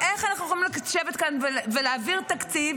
איך אנחנו יכולים לשבת כאן ולהעביר תקציב,